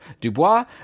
Dubois